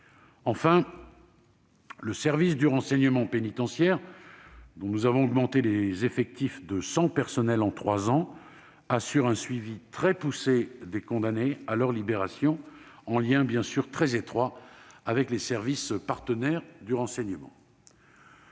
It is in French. Enfin, le Service national du renseignement pénitentiaire, dont nous avons augmenté les effectifs de 100 personnes en trois ans, assure un suivi très poussé de ces condamnés à leur libération, en lien très étroit avec les services partenaires du renseignement.